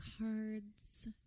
cards